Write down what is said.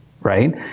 right